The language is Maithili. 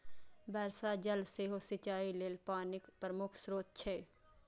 वर्षा जल सेहो सिंचाइ लेल पानिक प्रमुख स्रोत छियै